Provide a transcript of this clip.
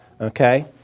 okay